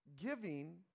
Giving